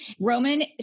Roman